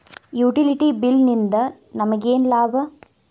Utility bill ನಿಂದ್ ನಮಗೇನ ಲಾಭಾ?